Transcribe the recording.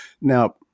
Now